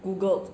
googled